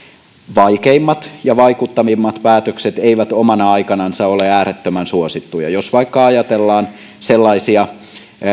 vaikeimmat ja vaikuttavimmat päätökset eivät omana aikanansa ole äärettömän suosittuja jos vaikka ajatellaan sellaisia